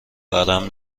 ورم